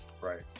Right